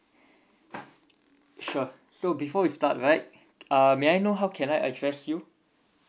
sure so before we start right uh may I know how can I address you